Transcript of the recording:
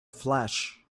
flash